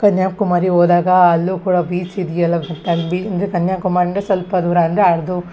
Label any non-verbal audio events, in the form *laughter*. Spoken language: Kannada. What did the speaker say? ಕನ್ಯಾಕುಮಾರಿ ಹೋದಾಗ ಅಲ್ಲೂ ಕೂಡ ಬೀಚ್ ಇದೆಯಲ್ಲ *unintelligible* ಅಂದರೆ ಕನ್ಯಾಕುಮಾರಿಯಿಂದ ಸ್ವಲ್ಪ ದೂರ ಅಂದರೆ ಅದು